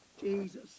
Jesus